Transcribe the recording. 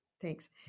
Thanks